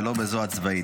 ולא בזו הצבאית.